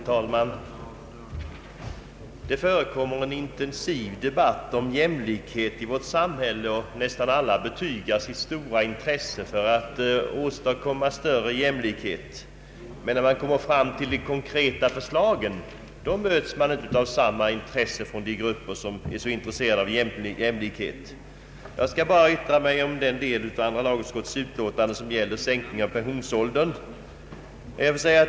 Herr talman! Det förekommer en intensiv debatt om jämlikhet i vårt samhälle och nästan alla betygar sitt stora intresse för att åstadkomma större jämlikhet. Men när man kommer till de konkreta förslagen möts man inte av samma intresse från de grupper som talar så ivrigt om jämlikhet. Jag skall bara yttra mig om den del av andra lagutskottets utlåtande som gäller sänkning av pensionsåldern.